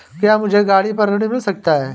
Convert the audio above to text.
क्या मुझे गाड़ी पर ऋण मिल सकता है?